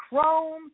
Chrome